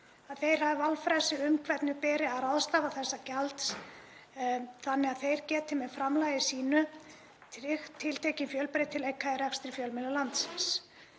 þeir hafi valfrelsi um hvernig beri að ráðstafa þessu gjaldi þannig að þeir geti með framlagi sínu tryggt tiltekinn fjölbreytileika í rekstri fjölmiðla landsins.